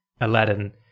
Aladdin